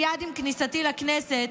מייד עם כניסתי לכנסת,